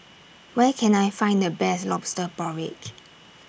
Where Can I Find The Best Lobster Porridge